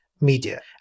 media